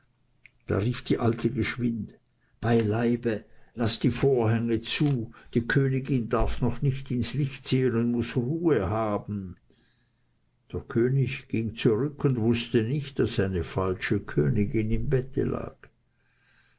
da rief die alte geschwind beileibe laßt die vorhänge zu die königin darf noch nicht ins licht sehen und muß ruhe haben der könig ging zurück und wußte nicht daß eine falsche königin im bette lag